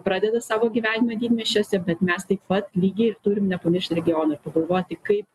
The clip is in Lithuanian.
pradeda savo gyvenimą didmiesčiuose bet mes taip pat lygiai ir turim nepamiršti regionų ir pagalvoti kaip